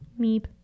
meep